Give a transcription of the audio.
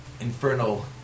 infernal